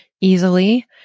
easily